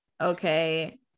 okay